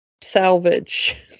salvage